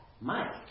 Mike